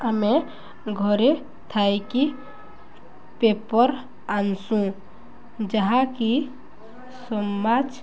ଆମେ ଘରେ ଥାଇକି ପେପର୍ ଆନସୁଁ ଯାହାକି ସମାଜ